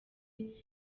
nka